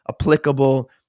applicable